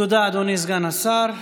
תודה, אדוני סגן השר.